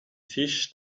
tisch